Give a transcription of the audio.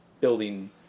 building